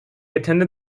attended